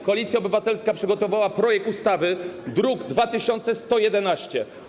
Koalicja Obywatelska przygotowała projekt ustawy, druk nr 2111.